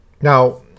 now